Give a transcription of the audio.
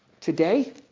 today